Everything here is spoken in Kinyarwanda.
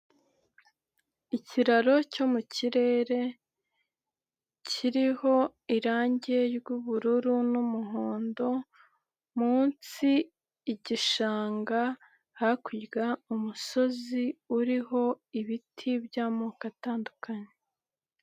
Ikiraro cyo mu kirere, kiriho irangi ry'ubururu n'umuhondo, munsi igishanga, hakurya umusozi uriho ibiti by'amoko atandukanye.